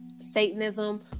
Satanism